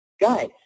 guys